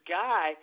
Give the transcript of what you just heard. guy